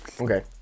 Okay